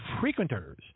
frequenters